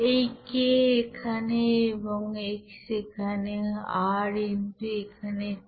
এই K এখানে এবং x এখানে R x এখানে t